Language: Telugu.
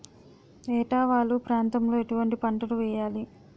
ఏటా వాలు ప్రాంతం లో ఎటువంటి పంటలు వేయాలి?